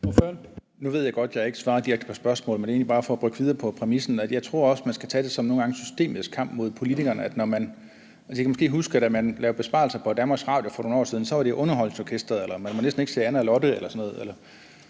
Nu ved jeg godt, jeg ikke svarer direkte på spørgsmålet, men det er egentlig bare for at brygge videre på præmissen, nemlig at jeg også tror, at man nogle gange skal tage det som systemisk kamp mod politikerne. Jeg kan huske, da man lavede besparelser på DR for nogle år siden, var det Underholdningsorkestret, eller man måtte næsten ikke se »Anna og Lotte« eller sådan noget.